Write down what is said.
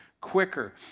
quicker